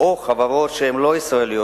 או בחברות שהן לא ישראליות,